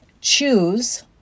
choose